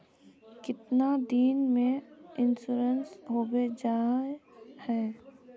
कीतना दिन में इंश्योरेंस होबे जाए है?